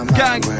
gang